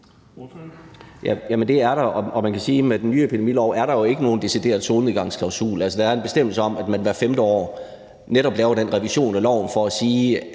med den nye epidemilov er der jo ikke nogen decideret solnedgangsklausul. Altså, der er en bestemmelse om, at man hvert femte år netop laver den revision af loven for at kunne